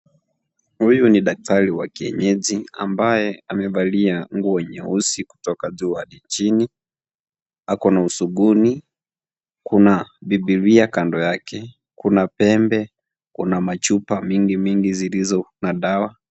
Huyu ni daktsri wa kienyeji ambaye amevalia nguo nyeusi kutoka juu hadi chini akona usuguni, kuna bibilia kando yake, kuna pembe na kuna chupa mingi xilizo na dawa.